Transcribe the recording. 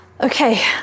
Okay